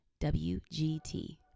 wgt